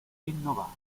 rinnovare